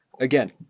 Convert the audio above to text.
again